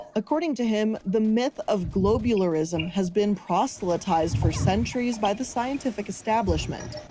according to him, the myth of globularism has been proselytized for centuries by the scientific establishment.